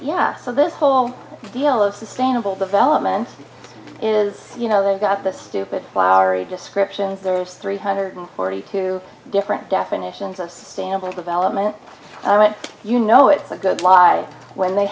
yeah so this whole deal of sustainable development is you know they've got the stupid flowery descriptions or three hundred forty two different definitions of sample development you know it's a good life when they